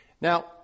Now